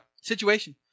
situation